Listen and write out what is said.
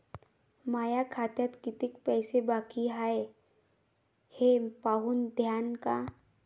माया खात्यात कितीक पैसे बाकी हाय हे पाहून द्यान का?